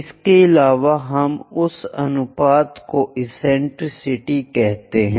इसके अलावा हम उस अनुपात को एसेंटेरिसिटी कहते हैं